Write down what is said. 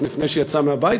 לפני שיצא מהבית,